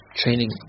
training